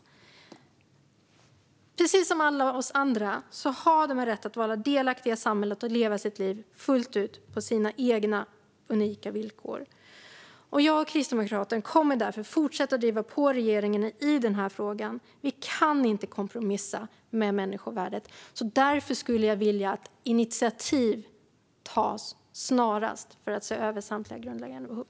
De har, precis som alla vi andra, rätt att vara delaktiga i samhället och leva sina liv fullt ut på sina egna unika villkor. Jag och Kristdemokraterna kommer därför att fortsätta att driva på regeringen i denna fråga. Vi kan inte kompromissa med människovärdet. Därför skulle jag vilja att det snarast tas initiativ till att se över samtliga grundläggande behov.